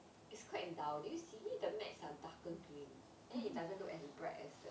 it's quite dull did you see the mats are darker green then it doesn't look as bright as the